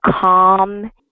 calm